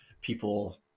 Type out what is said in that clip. people